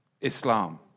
Islam